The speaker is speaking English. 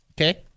Okay